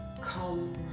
come